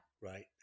Right